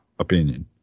Opinion